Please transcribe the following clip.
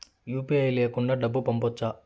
UPI లేకుండా డబ్బు పంపొచ్చా